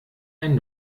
einen